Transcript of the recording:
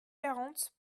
quarante